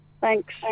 Thanks